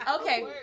Okay